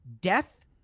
death